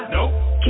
Nope